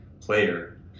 player